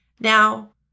Now